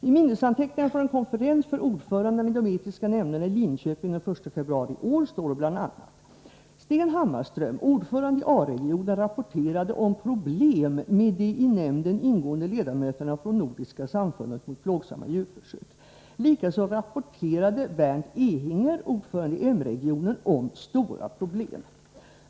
I minnesanteckningar från en konferens i Linköping den 1 februari i år för ordförandena i de etiska nämnderna står bl.a.: Sten Hammarström, ordförande i A-regionen, rapporterade om problem med de i nämnden ingående ledamöterna från Nordiska samfundet mot plågsamma djurförsök. Likaså rapporterade Berndt Ehinger, ordförande i M-regionen, om stora problem.